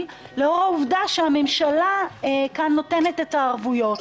לאור העובדה שהממשלה נותנת כאן את הערבויות.